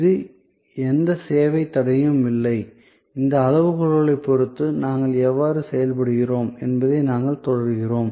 இது எந்த சேவை தடையும் அல்ல அந்த அளவுகோல்களைப் பொறுத்து நாங்கள் எவ்வாறு செயல்படுகிறோம் என்பதை நாங்கள் தொடர்கிறோம்